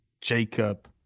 Jacob